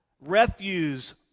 refuse